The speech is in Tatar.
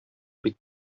бик